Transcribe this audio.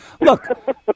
Look